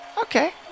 Okay